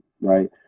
right